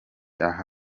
aha